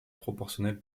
proportionnel